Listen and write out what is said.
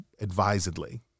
advisedly